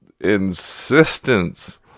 insistence